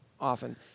often